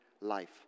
life